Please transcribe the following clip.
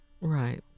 Right